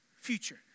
future